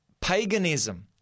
paganism